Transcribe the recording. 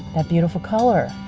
that beautiful color.